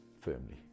firmly